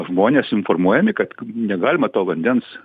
žmonės informuojami kad negalima to vandens